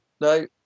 No